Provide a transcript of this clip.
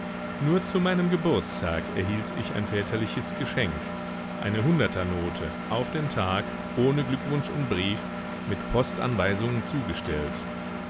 nur zu meinem geburtstag erhielt ich ein väterliches geschenk eine hunderter note auf den tag ohne glückwunsch und brief mit postanweisung zugestellt